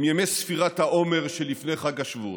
ימי ספירת העומר שלפני חג השבועות,